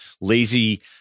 lazy